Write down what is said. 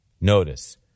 Notice